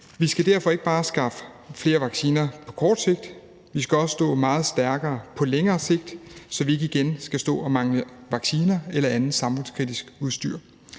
Vi skal derfor ikke bare skaffe flere vacciner på kort sigt, vi skal også stå meget stærkere på længere sigt, så vi ikke igen skal stå og mangle vacciner eller andet samfundskritisk udstyr.